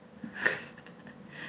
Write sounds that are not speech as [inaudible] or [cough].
[laughs]